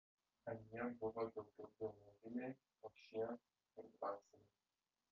anie buvo daugiau biologiniai o šie ir dvasiniai